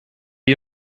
you